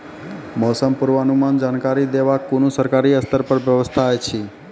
मौसम पूर्वानुमान जानकरी देवाक कुनू सरकारी स्तर पर व्यवस्था ऐछि?